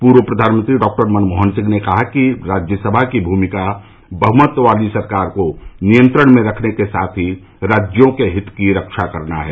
पूर्व प्रधानमंत्री डॉक्टर मनमोहन सिंह ने कहा कि राज्यसभा की भूमिका बहुमत वाली सरकार को नियंत्रण में रखने के साथ ही राज्यों के हित की रक्षा करना है